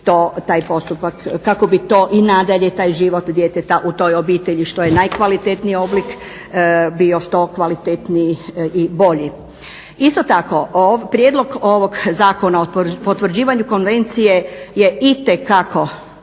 kako bi to i nadalje taj život djeteta u toj obitelji što je najkvalitetniji oblik bio što kvalitetniji i bolji. Isto tako, Prijedlog ovog zakona o potvrđivanju Konvencije je itekako